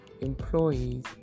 employees